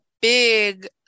big